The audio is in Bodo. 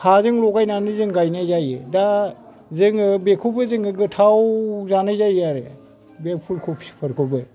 हाजों लगायनानै जों गायनाय जायो दा जोङो बेखौबो गोथाव जानाय जायो आरो बे फुल खफिफोरखौबो